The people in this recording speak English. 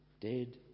dead